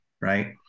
right